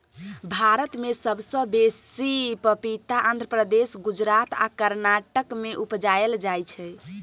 भारत मे सबसँ बेसी पपीता आंध्र प्रदेश, गुजरात आ कर्नाटक मे उपजाएल जाइ छै